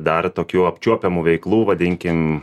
dar tokių apčiuopiamų veiklų vadinkim